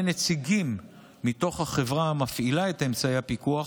נציגים מתוך החברה המפעילה את אמצעי הפיקוח